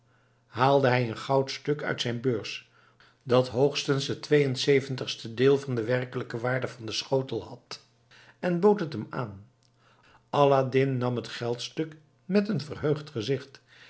haalde hij een goudstuk uit zijn beurs dat hoogstens het twee en zeventigste deel van de werkelijke waarde van den schotel had en bood het hem aan aladdin nam t geldstuk met een verheugd gezicht